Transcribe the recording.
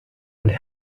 would